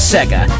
Sega